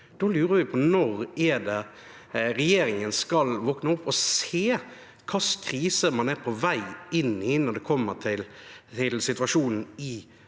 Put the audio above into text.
da lurer jeg på når regjeringen skal våkne opp og se hvilken krise man er på vei inn i når det gjelder situasjonen i